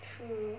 true